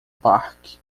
parque